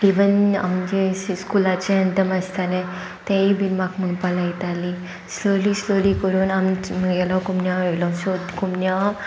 even आमगे स्कुलाचें anthem आसतालें तेंय बीन म्हाका म्हुणपाक लायतालीं स्लोली स्लोली करून आमचो मुगेलो कुमन्यांव येयलो सो कुमन्यांवांक